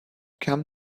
come